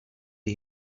are